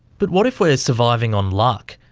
but what if we're surviving on luck,